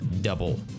double